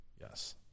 Yes